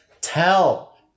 tell